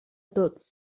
tots